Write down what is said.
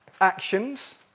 actions